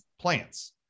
plants